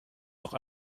noch